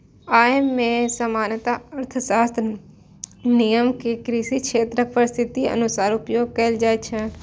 अय मे सामान्य अर्थशास्त्रक नियम कें कृषि क्षेत्रक परिस्थितिक अनुसार उपयोग कैल जाइ छै